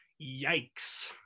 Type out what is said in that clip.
Yikes